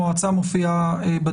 להציג את